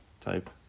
type